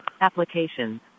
Applications